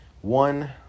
one